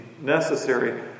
necessary